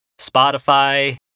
Spotify